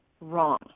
wrong